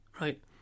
right